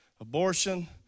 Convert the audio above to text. abortion